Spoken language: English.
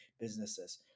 businesses